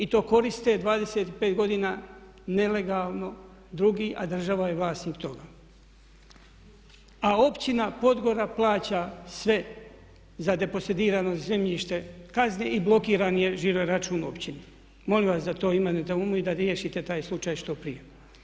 I to koriste 25 godina nelegalno drugi a država je vlasnik toga a općina Podgora plaća sve za deposedirano zemljište kazni i blokiran je žiroračun općine molim vas da to imate na umu i da riješite taj slučaj što prije.